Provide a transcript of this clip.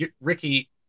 Ricky